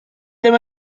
ddim